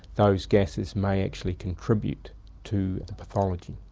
those gases may actually contribute to the pathology.